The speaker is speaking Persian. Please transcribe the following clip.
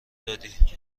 دادی